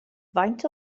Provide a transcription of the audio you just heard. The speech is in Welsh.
faint